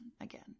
again